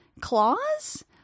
Claws